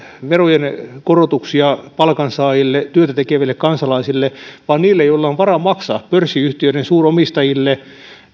verojen korotuksia palkansaajille työtä tekeville kansalaisille vaan niille joilla on varaa maksaa pörssiyhtiöiden suuromistajille